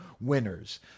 winners